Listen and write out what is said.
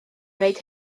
wneud